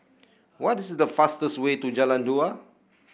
what is the fastest way to Jalan Dua